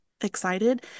excited